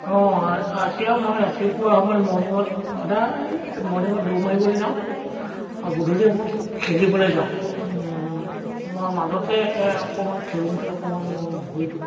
অঁ এতিয়া মই ৰাতিপুৱা সময়ত মৰ্ণিঙত সদায় মৰ্ণিঙত দৌৰ মাৰিবলৈ যাওঁ আৰু গধূলি সময়ত খেলিবলৈ যাওঁ মই মাজতে অকণমান খেলোঁতে অকণমান ভৰিটোত